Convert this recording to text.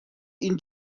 این